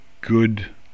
good